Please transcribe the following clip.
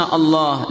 Allah